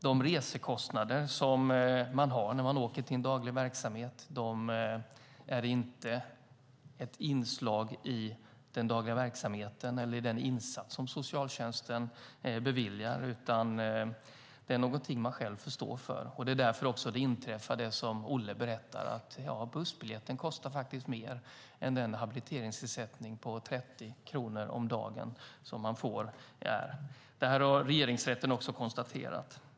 De resekostnader som man har när man åker till en daglig verksamhet är inte ett inslag i den dagliga verksamheten eller i den insats som socialtjänsten beviljar, utan det är något som man själv får stå för. Det är också därför det inträffar som Olle berättar, att bussbiljetten faktiskt kostar mer än de 30 kronor om dagen som han får i habiliteringsersättning. Detta har regeringsrätten också konstaterat.